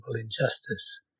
injustice